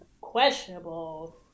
questionable